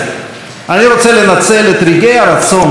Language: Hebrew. אני רוצה לנצל את רגעי הרצון של פתיחת